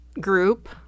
group